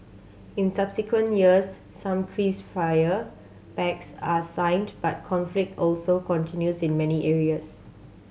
in subsequent years some crease fire pacts are signed but conflict also continues in many areas